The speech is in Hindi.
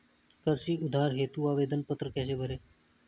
कृषि उधार हेतु आवेदन पत्र कैसे भरें?